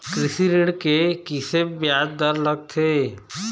कृषि ऋण के किसे ब्याज दर लगथे?